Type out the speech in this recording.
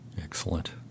Excellent